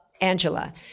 Angela